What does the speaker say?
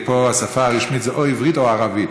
ופה השפה הרשמית היא או עברית או ערבית.